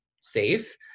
safe